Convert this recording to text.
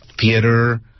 theater